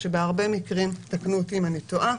שבהרבה מקרים תקנו אותי אם אני טועה